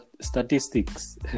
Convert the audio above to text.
statistics